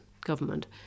government